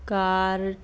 cart